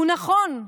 הוא נכון.